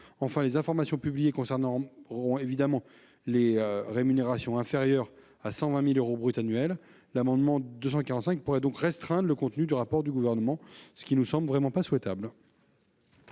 outre, les informations publiées concerneront également des rémunérations inférieures à 120 000 euros bruts annuels, donc l'amendement n° 245 pourrait restreindre le contenu du rapport du Gouvernement, ce qui ne semble pas souhaitable.